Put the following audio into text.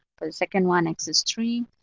for the second one, x is three.